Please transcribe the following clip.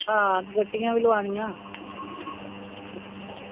हां दुपट्टियां बी लोआनियां